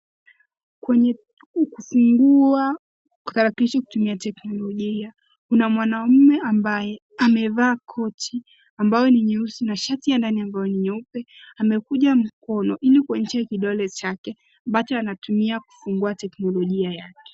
Kwenye kuzindua kwa tarakilishi kutumia teknolojia. Kuna mwanamme ambaye amevaa koti ambayo ni nyeusi na shati ya ndani ambayo ni nyeupe. Amekunja mikono, ili kuonyesha kidole chake ambacho anatumia kufungua teknolojia.